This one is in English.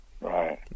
Right